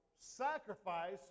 sacrifice